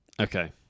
Okay